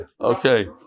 Okay